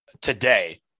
today